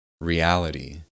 reality